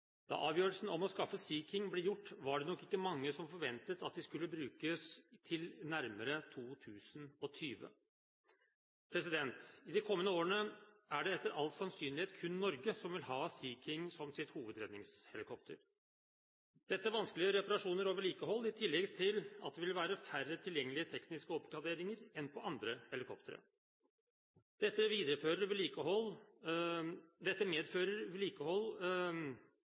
Da avgjørelsen om å skaffe Sea King ble gjort, var det nok ikke mange som forventet at de skulle brukes til nærmere 2020. I de kommende årene er det etter all sannsynlighet kun Norge som vil ha Sea King som sitt hovedredningshelikopter. Dette vanskeliggjør reparasjoner og vedlikehold, i tillegg til at det vil være færre tilgjengelige tekniske oppgraderinger enn på andre helikoptre. Videre medfører vedlikehold